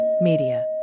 Media